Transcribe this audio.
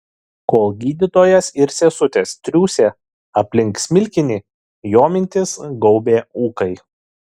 kol gydytojas ir sesutės triūsė aplink smilkinį jo mintis gaubė ūkai